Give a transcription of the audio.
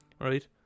right